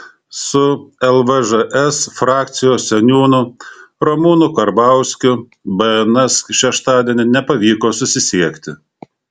su lvžs frakcijos seniūnu ramūnu karbauskiu bns šeštadienį nepavyko susisiekti